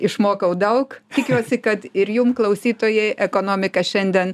išmokau daug tikiuosi kad ir jum klausytojai ekonomika šiandien